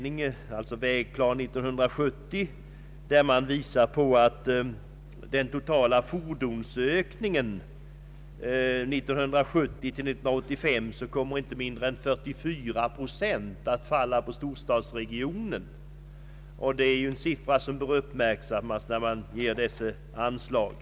I Vägplan 70 visar man på att av den totala fordonsökningen 1970—1985 kommer inte mindre än 44 procent att falla på storstadsregionerna. Det är en siffra som bör uppmärksammas när man ger anslag.